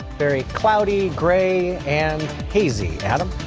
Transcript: very cloudy grey and hazy adam.